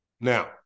Now